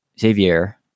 Xavier